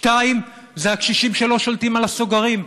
2. בקשישים שלא שולטים על הסוגרים.